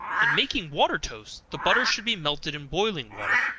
in making water-toast, the butter should be melted in boiling water,